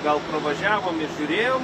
gal pravažiavom ir žiūrėjom